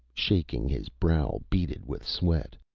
shaking, his brow beaded with sweat.